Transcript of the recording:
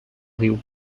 riu